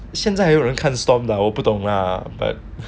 现在还有人看 Stomp 的 ah 我不懂啦 but